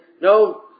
No